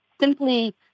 simply